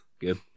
Good